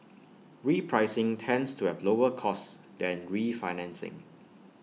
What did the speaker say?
repricing tends to have lower costs than refinancing